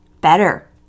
better